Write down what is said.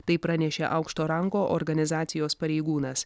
tai pranešė aukšto rango organizacijos pareigūnas